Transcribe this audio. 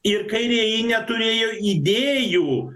ir kairieji neturėjo idėjų